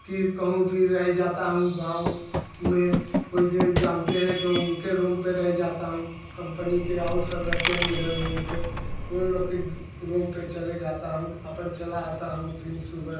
कि कहुं फिर रह जाता हूँ गाँव में कोई के जानते हैं तो उनके रूम पे रही जाता हूँ कम्पनी के और सब रहते हैं उधर रूम पे उन लोग के रूम पे चले जाता हूँ अपन चला आता हूँ फिर सुबह